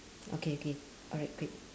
okay okay alright great